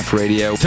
radio